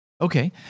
Okay